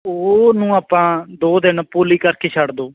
ਉਹਨੂੰ ਆਪਾਂ ਦੋ ਦਿਨ ਪੋਲੀ ਕਰਕੇ ਛੱਡ ਦਿਓ